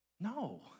No